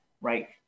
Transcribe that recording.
right